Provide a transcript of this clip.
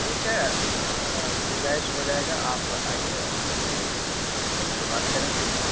ٹھیک ہے گنجائش ہو جائے گا آپ آئیے بیٹھ کے بات کریں گے